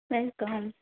welcome